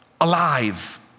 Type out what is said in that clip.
alive